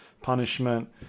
punishment